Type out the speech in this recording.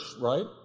right